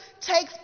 takes